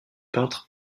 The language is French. peintre